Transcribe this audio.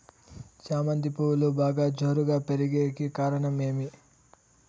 చామంతి పువ్వులు బాగా జోరుగా పెరిగేకి కారణం ఏమి?